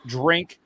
drink